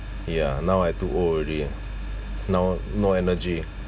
ya now I too old already ah now no energy